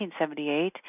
1978